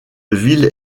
ville